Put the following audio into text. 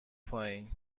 پایین